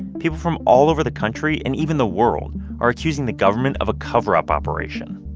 people from all over the country and even the world are accusing the government of a cover-up operation